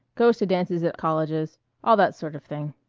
goes to dances at colleges all that sort of thing.